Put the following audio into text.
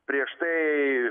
prieš tai